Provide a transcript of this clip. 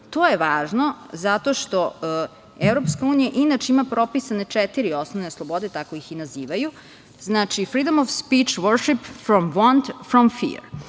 To je važno zato što EU inače ima propisane četiri osnovne slobode, tako ih nazivaju. Znači, "freedom of speech, worship, from want, from fear".